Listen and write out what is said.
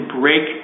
break